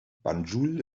banjul